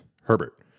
Herbert